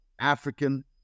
African